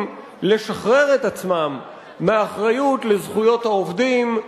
לשחרר את עצמם מהאחריות לזכויות העובדים,